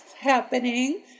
happening